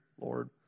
Lord